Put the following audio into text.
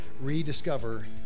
rediscover